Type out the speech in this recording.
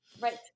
Right